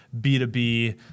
B2B